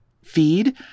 feed